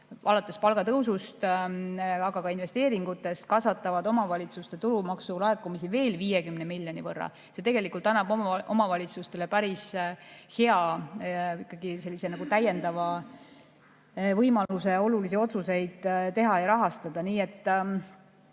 alates palgatõusust ja [lõpetades] investeeringutega, kasvatavad omavalitsuste tulumaksulaekumisi veel 50 miljoni võrra. See tegelikult annab omavalitsustele päris hea täiendava võimaluse olulisi otsuseid teha ja rahastada. Aga